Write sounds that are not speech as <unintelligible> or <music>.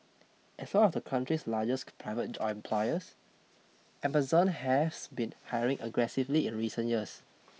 as one of the country's largest private <unintelligible> employers <noise> Amazon has been hiring aggressively in recent years